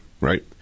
right